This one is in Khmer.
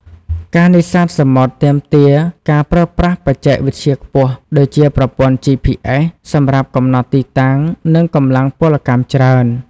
ការនេសាទសមុទ្រទាមទារការប្រើប្រាស់បច្ចេកវិទ្យាខ្ពស់ ដូចជាប្រព័ន្ធ GPS សម្រាប់កំណត់ទីតាំង និងកម្លាំងពលកម្មច្រើន។